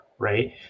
Right